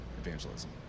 evangelism